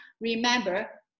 remember